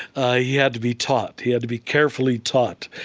ah he had to be taught. he had to be carefully taught,